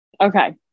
Okay